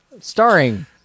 Starring